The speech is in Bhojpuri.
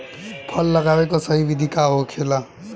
फल लगावे के सही विधि का होखेला?